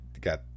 got